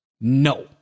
No